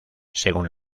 según